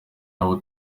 abo